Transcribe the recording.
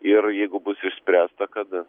ir jeigu bus išspręsta kada